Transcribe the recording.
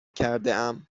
کردهام